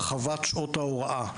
הרחבת שעות ההוראה.